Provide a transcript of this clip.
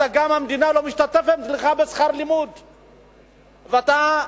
והמדינה לא משתתפת בשכר הלימוד שלך,